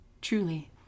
truly